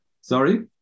Sorry